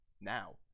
Now